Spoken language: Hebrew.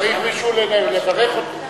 צריך מישהו לברך אותו.